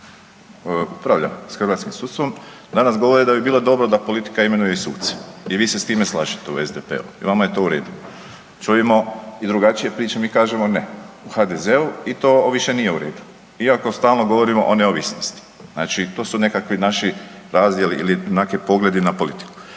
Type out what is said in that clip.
upravlja s hrvatskim sudstvom danas govore da bi bilo dobro da politika imenuje i suce i vi se s time slažete u SDP-u i vama je to u redu. Čujmo i drugačije priče. Mi kažemo ne u HDZ-u i to više nije u redu iako stalno govorimo o neovisnosti. Znači to su nekakvi naši razdjeli ili neki pogledi na politiku.